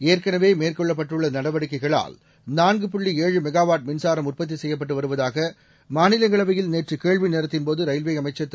ஏற்கனவே மேற்கொள்ளப்பட்டுள்ள நடவடிக்கைகளால் நான்கு புள்ளி ஏழு மெகாவாட் மின்சாரம் உற்பத்தி செப்யப்பட்டு வருவதாக மாநிலங்களவையில் நேற்று கேள்வி நேரத்தின்போது ரயில்வே அமைச்சர் திரு